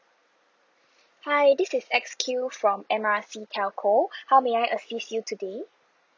hi this is X Q from M R C telco how may I assist you today